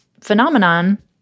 phenomenon